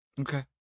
Okay